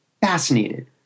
fascinated